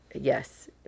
yes